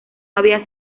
había